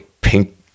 pink